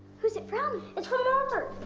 who's it from and from walter.